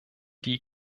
die